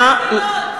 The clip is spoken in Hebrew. בציונות.